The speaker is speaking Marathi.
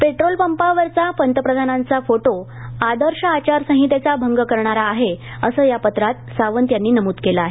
पेट्रोल पंपावर पंतप्रधानांचा असलेला फोटो आदर्श आचारसंहितेचा भंग करणारा आहे असं या पत्रात सावंत यांनी नमूद केलं आहे